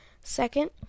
Second